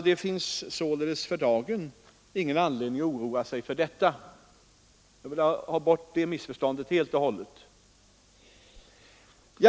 Det finns således för dagen ingen anledning att oroa sig. Jag hoppas att jag därmed har undanröjt det missförståndet.